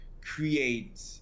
create